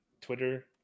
Twitter